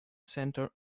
center